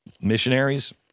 missionaries